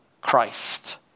Christ